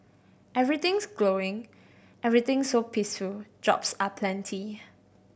everything's glowing everything's so peaceful jobs are plenty